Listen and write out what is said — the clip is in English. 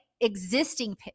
existing